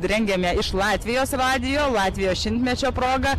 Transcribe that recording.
rengėme iš latvijos radijo latvijos šimtmečio proga